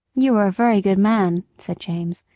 you are a very good man, said james.